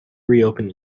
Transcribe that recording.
reopen